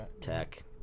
Tech